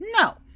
No